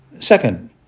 Second